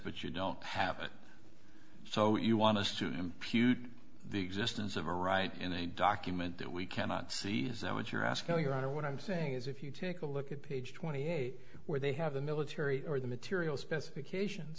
but you don't have it so you want to sue him cute the existence of a right in a document that we cannot see is that what you're asking i don't what i'm saying is if you take a look at page twenty eight where they have the military or the material specifications